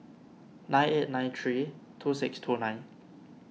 nine eight nine three two six two nine